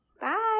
Bye